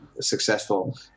successful